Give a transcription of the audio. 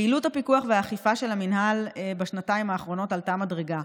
פעילות הפיקוח והאכיפה של המינהל בשנתיים האחרונות עלתה מדרגה,